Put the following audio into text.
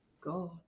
God